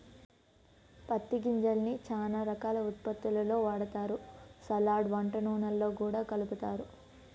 పత్తి గింజల్ని చానా రకాల ఉత్పత్తుల్లో వాడతారు, సలాడ్, వంట నూనెల్లో గూడా కలుపుతారు